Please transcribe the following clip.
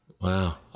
Wow